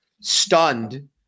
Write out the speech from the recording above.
stunned